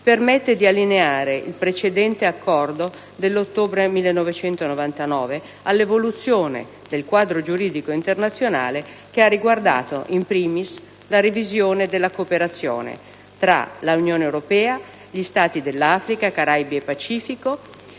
permette di allineare il precedente Accordo dell'ottobre 1999 all'evoluzione del quadro giuridico internazionale, che ha riguardato *in primis* la revisione della cooperazione tra l'Unione europea e gli Stati dell'Africa, Caraibi e Pacifico,